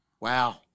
Wow